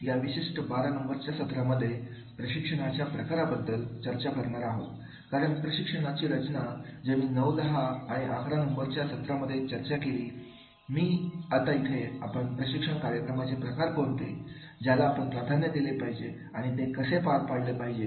या विशिष्ट 12 नंबरच्या सत्रामध्येप्रशिक्षणाच्या प्रकाराबद्दल चर्चा करणार आहोत कारण प्रशिक्षणाची रचना जे मी नऊ दहा आणि अकरा नंबरच्या सत्रामध्ये चर्चा केली मी आता इथे आपण प्रशिक्षण कार्यक्रमाचे प्रकार कोणते ज्याला आपण प्राधान्य दिले पाहिजे आणि ते कसे पार पाडले पाहिजे